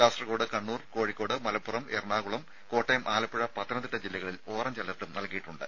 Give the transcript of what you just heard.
കാസർകോട് കണ്ണൂർ കോഴിക്കോട് മലപ്പുറം എറണാകുളം കോട്ടയം ആലപ്പുഴ പത്തനംതിട്ട ജില്ലകളിൽ ഓറഞ്ച് അലർട്ടും നൽകിയിട്ടുണ്ട്